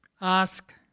ask